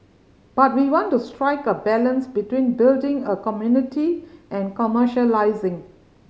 but we want to strike a balance between building a community and commercialising